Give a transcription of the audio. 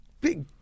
big